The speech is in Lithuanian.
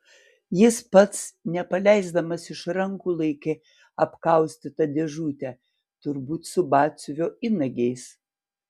jis pats nepaleisdamas iš rankų laikė apkaustytą dėžutę turbūt su batsiuvio įnagiais